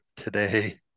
today